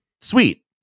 sweet